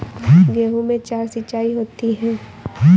गेहूं में चार सिचाई होती हैं